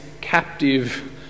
captive